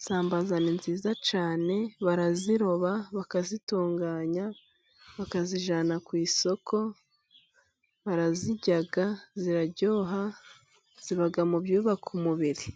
isambaza ni nziza cyane, baraziroba bakazitunganya, bakazijana, ku isoko, baraziryaga, ziraryoha, ziba mu byubaka umubiri.